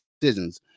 decisions